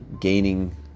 gaining